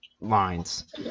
lines